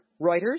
Reuters